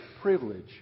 privilege